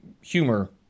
humor